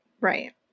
Right